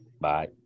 Bye